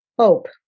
Hope